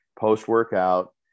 post-workout